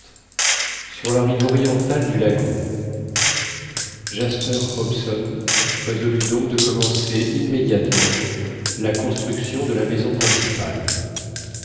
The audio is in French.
sur la rive orientale du lagon jasper hobson résolut donc de commencer immédiatement la construction de la maison principale